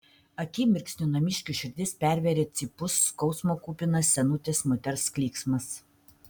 akimirksniu namiškių širdis pervėrė cypus skausmo kupinas senutės moters klyksmas